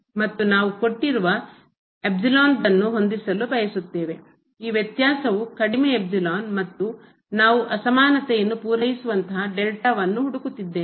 ಮತ್ತು ನಾವು ಕೊಟ್ಟಿರುವ ದನ್ನು ಹೊಂದಿಸಲು ಬಯಸುತ್ತೇವೆ ಈ ವ್ಯತ್ಯಾಸವು ಕಡಿಮೆ ಮತ್ತು ನಾವು ಅಸಮಾನತೆಯನ್ನು ಪೂರೈಸುವಂತಹ ವನ್ನು ಹುಡುಕುತ್ತಿದ್ದೇವೆ